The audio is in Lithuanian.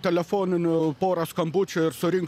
telefoninių porą skambučio ir surinks